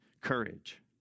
courage